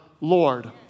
Lord